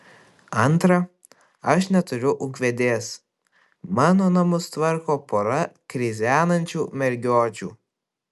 antra aš neturiu ūkvedės mano namus tvarko pora krizenančių mergiočių